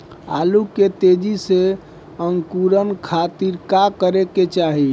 आलू के तेजी से अंकूरण खातीर का करे के चाही?